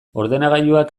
ordenagailuak